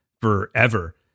forever